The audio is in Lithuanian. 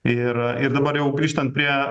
ir ir dabar jau grįžtant prie